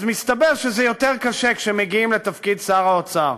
אז מסתבר שזה יותר קשה כשמגיעים לתפקיד שר האוצר.